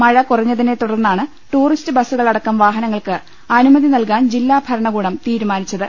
മഴ കുറഞ്ഞതിനെ ത്തുടർന്നാണ് ടൂറിസ്റ്റ് ബസ്സുകളടക്കം വാഹനങ്ങൾക്ക് അനുമതി നൽകാൻ ജില്ലാ ഭരണകൂടം തീരുമാനിച്ചത്